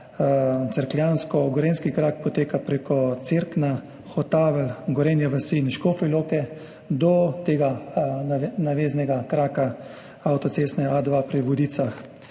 cerkljansko-gorenjski krak poteka preko Cerknega, Hotavelj, Gorenje vasi in Škofje Loke do naveznega kraka avtoceste A2 pri Vodicah.